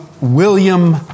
William